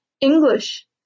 English